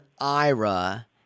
IRA